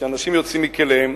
שאנשים יוצאים מכליהם,